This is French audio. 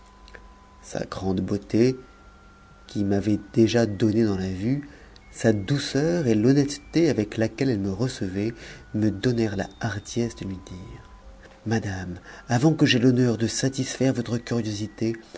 sa grande beauté qui m'avait déjà donné dans la vue sa douceur et l'honnêteté avec laquelle elle me recevait me donnèrent la hardiesse de lui dire madame avant que j'aie l'honneur de satisfaire votre curiosité